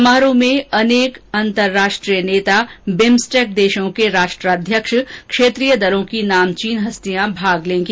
समारोह में अनेक अंतरराष्ट्रीय नेता बिम्सटेक देशों के राष्ट्राध्यक्ष क्षेत्रीय दलों की नामचीन हस्तियां भाग लेंगी